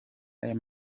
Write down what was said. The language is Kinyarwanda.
ayo